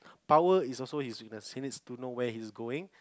power is also his weakness he needs to know where he's going